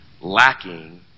lacking